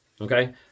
okay